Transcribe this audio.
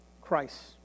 Christ